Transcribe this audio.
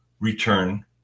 return